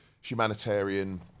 humanitarian